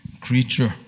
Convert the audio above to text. creature